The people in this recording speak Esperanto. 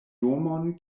domon